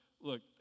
look